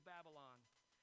Babylon